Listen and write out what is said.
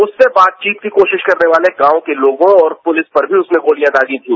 उससे बातचीत की कोशिश करने वाले गांव के लोगों और पुलिस पर भी उसने गोलियां दागी थीं